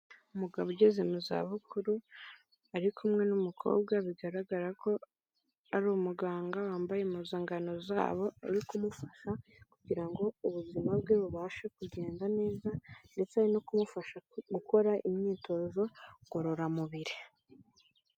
Umugabo ugeze mu za bukuru ari kumwe n'umukobwa bigaragara ko ari umuganga wambaye impuzankano zabo, uri kumufasha kugira ngo ubuzima bwe bubashe kugenda neza ndetse ari no kumufasha gukora imyitozo ngororamubiri.